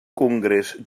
congrés